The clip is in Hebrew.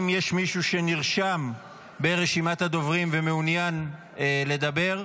האם יש מישהו שנרשם ברשימת הדוברים ומעוניין לדבר?